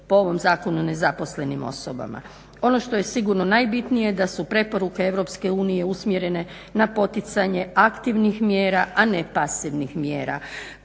po ovom zakonu nezaposlenim osobama. Ono što je sigurno najbitnije da su preporuke EU usmjerene na poticanje aktivnih mjera, a ne pasivnih mjera.